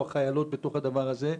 החיילות בתוך הדבר הזה.